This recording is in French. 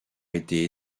été